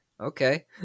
okay